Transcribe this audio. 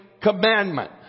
commandment